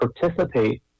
participate